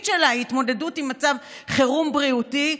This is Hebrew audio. שלה היא התמודדות עם מצב חירום בריאותי,